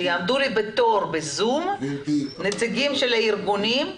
שיעמדו בתור בזום נציגי הארגונים,